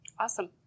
Awesome